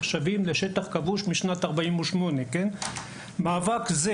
שנחשבים לשטח כבוש משנת 1948. מאבק זה